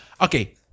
Okay